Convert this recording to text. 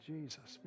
Jesus